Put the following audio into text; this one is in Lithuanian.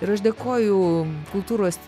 ir aš dėkoju kultūros